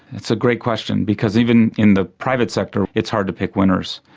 it's a great question because even in the private sector it's hard to pick winners.